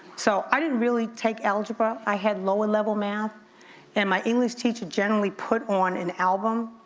so i didn't really take algebra, i had lower level math and my english teacher generally put on an album.